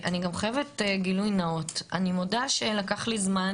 אני חייבת גילוי נאות, אני מודה שלקח לי זמן